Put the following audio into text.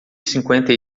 cinquenta